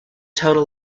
total